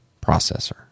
processor